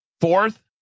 Fourth